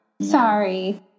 Sorry